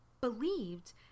believed